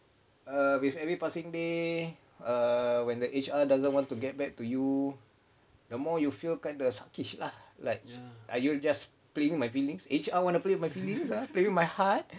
err with every passing day err when the H_R doesn't want to get back to you the more you feel kinda suck-ish lah like are you just playing my feelings H_R want to play my feelings ah playing my heart